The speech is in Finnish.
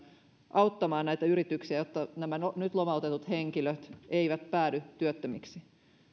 auttamaan näitä yrityksiä jotta nämä nyt lomautetut henkilöt eivät päädy työttömiksi